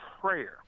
prayer